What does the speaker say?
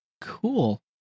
Cool